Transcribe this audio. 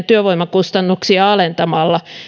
työvoimakustannuksia alentamalla